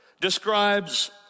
describes